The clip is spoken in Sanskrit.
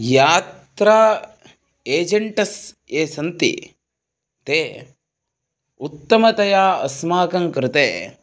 यात्रा एजेण्टस् ये सन्ति ते उत्तमतया अस्माकङ्कृते